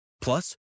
Plus